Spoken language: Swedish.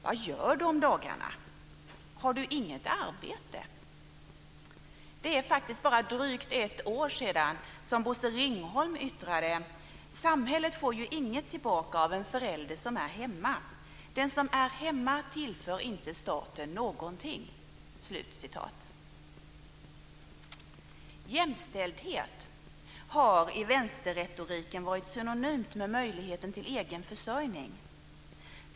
Vad gör du om dagarna? Har du inget arbete? Det är faktiskt bara drygt ett år sedan som Bosse Ringholm yttrade: Samhället får ju inget tillbaka av en förälder som är hemma. Den som är hemma tillför inte staten någonting. Jämställdhet har i vänsterretoriken varit synonymt med möjligheten till egen försörjning.